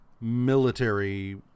military